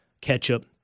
ketchup